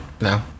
No